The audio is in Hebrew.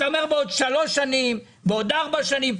אתה אומר בעוד שלוש שנים, בעוד ארבע שנים.